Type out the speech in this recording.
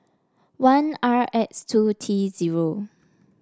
one R X two T zero